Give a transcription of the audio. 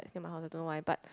my house I don't know why but